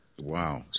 Wow